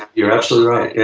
you're absolutely right. yeah